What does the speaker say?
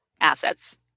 assets